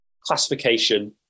classification